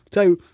so,